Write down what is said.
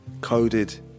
Coded